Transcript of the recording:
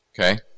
Okay